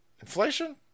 Inflation